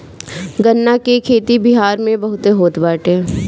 गन्ना के खेती बिहार में बहुते होत बाटे